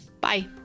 Bye